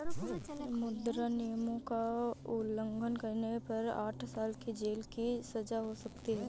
मुद्रा नियमों का उल्लंघन करने पर आठ साल की जेल की सजा हो सकती हैं